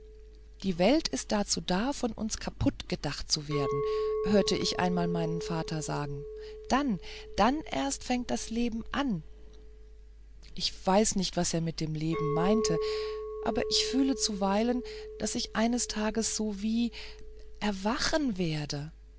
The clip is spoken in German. die welt ist dazu da um von uns kaputt gedacht zu werden hörte ich einmal meinen vater sagen dann dann erst fängt das leben an ich weiß nicht was er mit dem leben meinte aber ich fühle zuweilen daß ich eines tages so wie erwachen werde